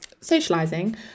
socializing